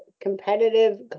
competitive